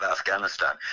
Afghanistan